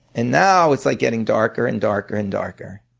and now it's like getting darker and darker and darker.